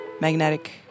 Magnetic